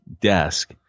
desk